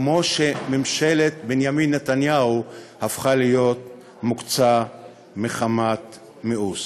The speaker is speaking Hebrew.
כמו שממשלת בנימין נתניהו הפכה להיות מוקצה מחמת מיאוס.